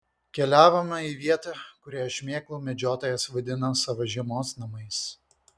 keliavome į vietą kurią šmėklų medžiotojas vadino savo žiemos namais